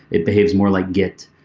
it behaves more like git.